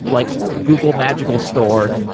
like google magical store,